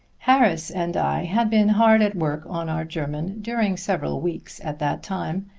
harris and i had been hard at work on our german during several weeks at that time,